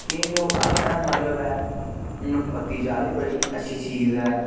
केईं लोग आखने दा मतलब ऐ पत्ती चाह् बी बड़ी अच्छी चीज़ ऐ